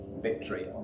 victory